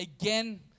again